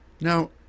Now